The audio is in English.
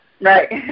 right